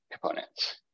components